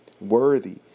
worthy